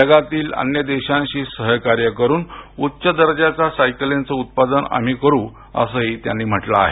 जगातील अन्य देशांशी सहकार्य करून उच्च दर्ज्याच्या सायकलींच उत्पादन आम्ही करू असंही त्यांनी म्हटलं आहे